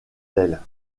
d’ailes